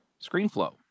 ScreenFlow